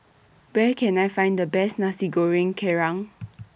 Where Can I Find The Best Nasi Goreng Kerang